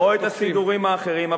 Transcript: או את הסידורים האחרים.